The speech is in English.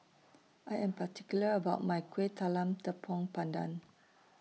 I Am particular about My Kueh Talam Tepong Pandan